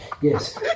Yes